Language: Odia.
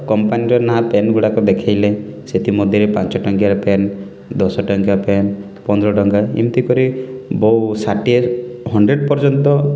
କମ୍ପାନୀର ନାଁ ପେନ୍ଗୁଡ଼ାକ ଦେଖେଇଲେ ସେଥିମଧ୍ୟ ପାଞ୍ଚ ଟଙ୍କିଆ ପେନ୍ ଦଶ ଟଙ୍କିଆ ପେନ୍ ପନ୍ଦର ଟଙ୍କା ଏମତିକରି ବହୁ ଷାଠିଏ ହଣ୍ଡ୍ରେଡ଼ ପର୍ଯ୍ୟନ୍ତ